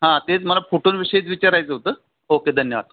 हां तेच मला फोटोज विषयीच विचारायचं होतं ओके धन्यवाद